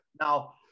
now